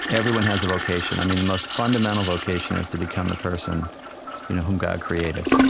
everyone has a vocation. i mean, the most fundamental vocation is to become the person you know whom god created.